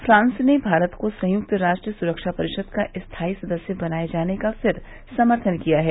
France ने भारत को संयुक्त राष्ट्र सुरक्षा परिषद का स्थायी सदस्य बनाए जाने का फिर समर्थन किया है